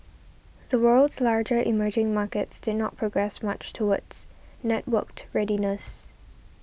the world's larger emerging markets did not progress much towards networked readiness